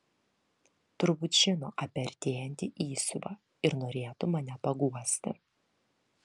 turbūt žino apie artėjantį įsiuvą ir norėtų mane paguosti